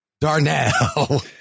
Darnell